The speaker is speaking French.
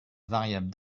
variable